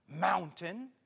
mountain